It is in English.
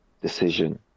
decision